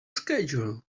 schedule